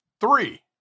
Three